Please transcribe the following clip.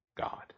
God